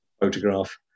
photograph